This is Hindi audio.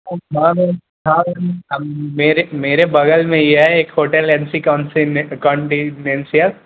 मेरे मेरे बग़ल मे यह है एक hotel M C confident confidential